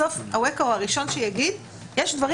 בסוף אווקה הוא הראשון שיגיד: יש דברים